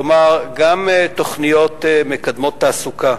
כלומר, גם תוכניות מקדמות תעסוקה,